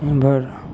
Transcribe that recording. उमहर